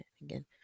Again